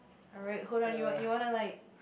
alright hold on you want you wanna like